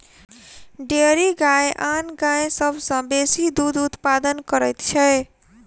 dairy गाय आन गाय सभ सॅ बेसी दूध उत्पादन करैत छै